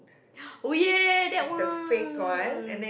oh ya that one